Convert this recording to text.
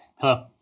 Hello